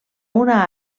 una